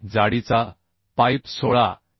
जाडीचा पाईप 16 मि